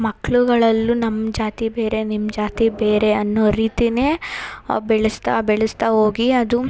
ಮಕ್ಕಳುಗಳಲ್ಲೂ ನಮ್ಮ ಜಾತಿ ಬೇರೆ ನಿಮ್ಮ ಜಾತಿ ಬೇರೆ ಅನ್ನೋ ರೀತಿಯೇ ಬೆಳೆಸ್ತಾ ಬೆಳೆಸ್ತಾ ಹೋಗಿ ಅದು